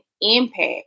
impact